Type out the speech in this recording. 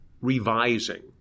revising